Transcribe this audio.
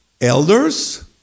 Elders